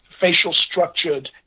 facial-structured